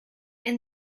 and